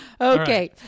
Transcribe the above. Okay